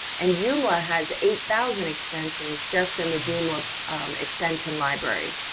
and joomla has eight thousand extensions just in the joomla extension library,